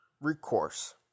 recourse